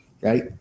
Right